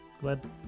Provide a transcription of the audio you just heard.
glad